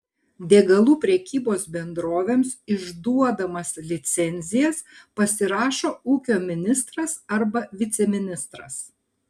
degalų prekybos bendrovėms išduodamas licencijas pasirašo ūkio ministras arba viceministras